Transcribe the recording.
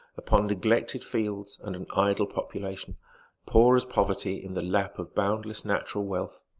upon neglected fields and an idle population poor as poverty in the lap of boundless natural wealth.